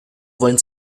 wollen